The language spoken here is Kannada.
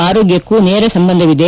ಆರೋಗ್ಕಕ್ಕೂ ನೇರ ಸಂಬಂಧವಿದೆ